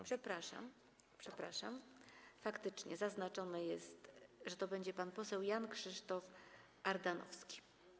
Przepraszam, faktycznie zaznaczone jest, że będzie to pan poseł Jan Krzysztof Ardanowski.